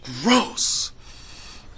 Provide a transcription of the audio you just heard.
Gross